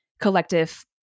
collective